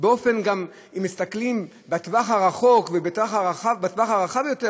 ואם מסתכלים בטווח הרחוק ובטווח הרחב יותר,